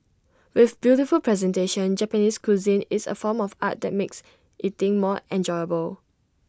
with beautiful presentation Japanese cuisine is A form of art that make eating more enjoyable